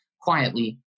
quietly